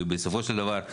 בסופו של דבר,